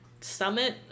Summit